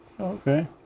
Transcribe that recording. Okay